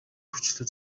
хүчтэй